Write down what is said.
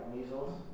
Measles